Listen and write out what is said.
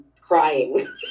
crying